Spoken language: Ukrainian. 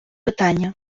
питання